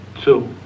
two